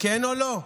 כן או לא,